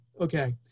okay